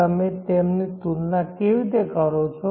તમે તેમની તુલના કેવી રીતે કરો છો